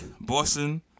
Boston